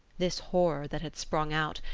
this horror that had sprung out,